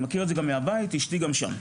אני מכיר את זה גם מהבית, אשתי גם שם,